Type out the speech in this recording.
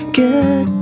get